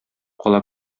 кала